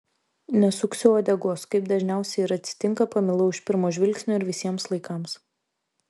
nesuksiu uodegos kaip dažniausiai ir atsitinka pamilau iš pirmo žvilgsnio ir visiems laikams